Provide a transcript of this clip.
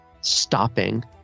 stopping